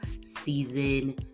season